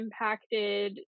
impacted